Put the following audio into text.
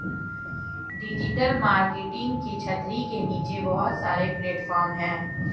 digital marketing की छतरी के नीचे बहुत सारे प्लेटफॉर्म हैं